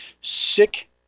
sick